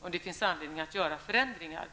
om det finns anledning att göra förändringar.